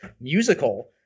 musical